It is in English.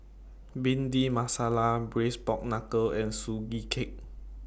Bhindi Masala Braised Pork Knuckle and Sugee Cake